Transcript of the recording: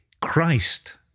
Christ